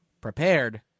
Prepared